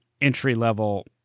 entry-level